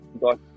got